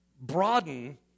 broaden